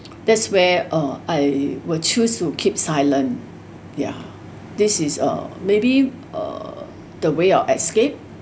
that's where uh I will choose to keep silent ya this is uh maybe uh the way of escape